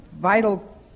vital